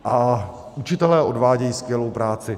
A učitelé odvádějí skvělou práce.